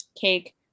cake